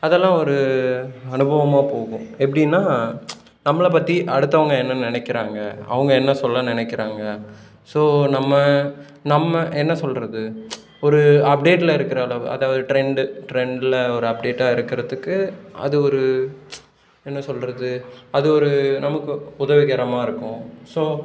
அதெல்லாம் ஒரு அனுபவமாக போகும் எப்படின்னா நம்மளை பற்றி அடுத்தவங்க என்ன நினைக்கிறாங்க அவங்க என்ன சொல்ல நினைக்கிறாங்க ஸோ நம்ம நம்ம என்ன சொல்லுறது ஒரு அப்டேட்டில் இருக்குகிற அளவு அதாவது ட்ரெண்ட் ட்ரெண்ட்டில் ஒரு அப்டேட்டாக இருக்குகிறதுக்கு அது ஒரு என்ன சொல்லுறது அது ஒரு நமக்கு உதவிகரமாக இருக்கும் ஸோ